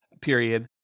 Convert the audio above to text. period